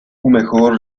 mejor